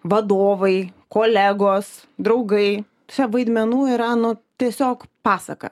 vadovai kolegos draugai čia vaidmenų yra nu tiesiog pasaka